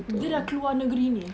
dia dah keluar negeri ini